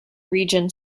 region